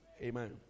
Amen